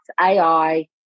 AI